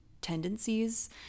tendencies